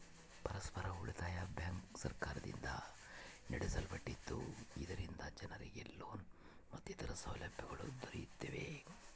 ಪರಸ್ಪರ ಉಳಿತಾಯ ಬ್ಯಾಂಕ್ ಸರ್ಕಾರದಿಂದ ನಡೆಸಲ್ಪಟ್ಟಿದ್ದು, ಇದರಿಂದ ಜನರಿಗೆ ಲೋನ್ ಮತ್ತಿತರ ಸೌಲಭ್ಯಗಳು ದೊರೆಯುತ್ತವೆ